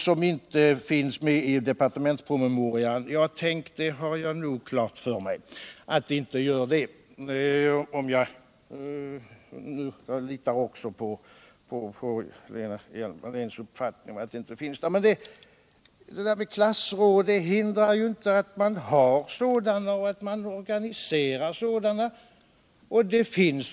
som inte finns med i departementspromemorian. Den saken har jag nog klar för mig. och jag litar också på Lena IHjelm-V/alléns uppfattning härvidlag. Ingenting hindrar emellertid att man har sådana och att man organiserar sådana.